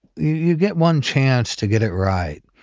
you get one chance to get it right.